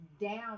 down